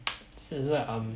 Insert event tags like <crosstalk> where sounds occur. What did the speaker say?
<noise> so that's why I'm